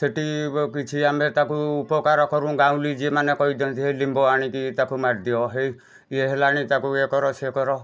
ସେଠି କିଛି ଆମେ ତାକୁ ଉପକାର କରୁଁ ଗାଁଉଲି ଯେଉଁମାନେ କହିଛନ୍ତି ହେଇ ଲିମ୍ବ ଆଣିକି ତାକୁ ମାରିଦିଅ ହେଇ ଇଏ ହେଲାଣି ତାକୁ ଇଏ କର ସିଏ କର